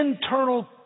internal